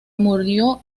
murió